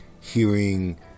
hearing